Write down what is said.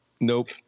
Nope